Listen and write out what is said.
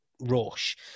rush